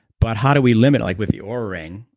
but how do we limit like with the oura ring,